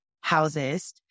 Houses